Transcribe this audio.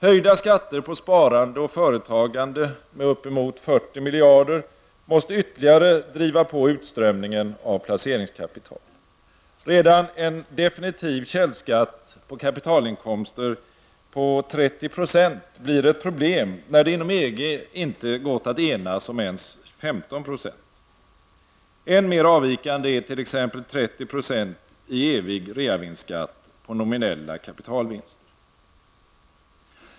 Höjda skatter på sparande och företagande med uppemot 40 miljarder måste ytterligare driva på utströmningen av placeringskapital. Redan en definitiv källskatt på kapitalinkomster på 30 % blir ett problem, när det inom EG inte gått att enas om ens 15 %. Än mer avvikande är t.ex. 30 % i evig reavinstskatt på nominella kapitalvinster.